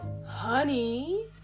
Honey